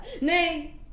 Nay